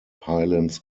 highlands